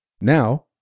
Now